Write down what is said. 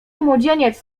młodzieniec